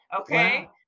Okay